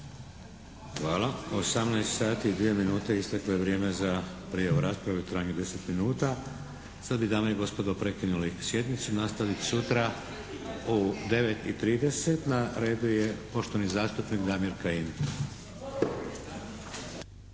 Hvala. 18 sati i dvije minute, isteklo je vrijeme za prijavu rasprave u trajanju od 10 minuta. Sad bi dame i gospodo prekinuli sjednicu. Nastavit ćemo sutra u 9,30. Na redu je poštovani zastupnik Damir Kajin.